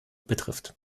betrifft